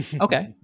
Okay